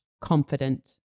confident